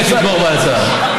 אני מבקש לתמוך בהצעה.